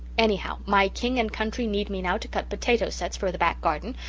anyhow, my king and country need me now to cut potato sets for the back garden,